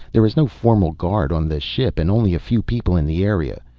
there is no formal guard on the ship and only a few people in the area.